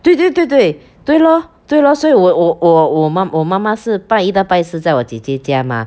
对对对对对 lor 对 lor 所以我我我我妈我妈妈是拜一到拜四在我姐姐家 mah